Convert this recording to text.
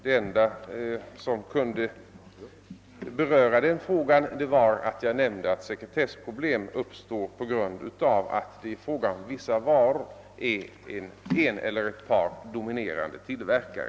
Det enda som kunde beröra den frågan var att jag nämnde att sekretessproblem uppstår på grund av att det i fråga om vissa varor rör sig om en eller ett par dominerande tillverkare.